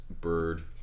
bird